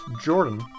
Jordan